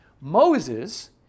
Moses